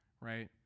right